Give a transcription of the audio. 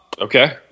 Okay